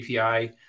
API